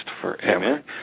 forever